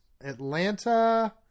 Atlanta